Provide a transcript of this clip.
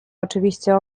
oczywiście